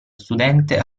studente